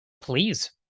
Please